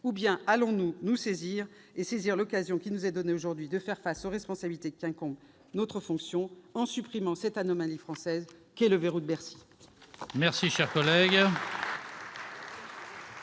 ou bien allons-nous saisir l'occasion qui nous est donnée aujourd'hui de faire face aux responsabilités propres à notre fonction, en supprimant cette anomalie française qu'est le « verrou de Bercy »